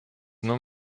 nur